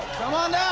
come on